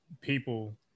people